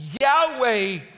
Yahweh